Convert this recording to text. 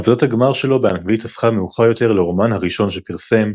עבודת הגמר שלו באנגלית הפכה מאוחר יותר לרומן הראשון שפרסם,